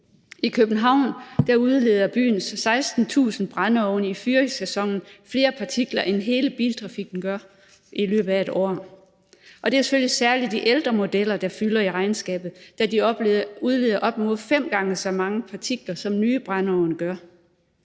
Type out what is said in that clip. I København udleder byens 16.000 brændeovne i fyringssæsonen flere partikler end hele biltrafikken gør i løbet af et år. Og det er selvfølgelig særlig de ældre modeller, der fylder i regnskabet, da de udleder op mod fem gange så mange partikler, som nye brændeovne gør.